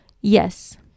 Yes